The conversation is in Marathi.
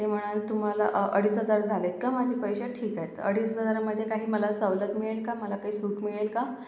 ते म्हणाले तुम्हाला अडीच हजार झालेत का माझे पैसे ठीक आहेत अडीच हजारमध्ये काही मला सवलत मिळेल का मला काही सूट मिळेल का